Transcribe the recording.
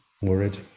worried